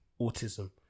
autism